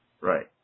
Right